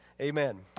amen